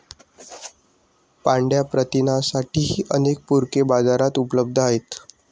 पांढया प्रथिनांसाठीही अनेक पूरके बाजारात उपलब्ध आहेत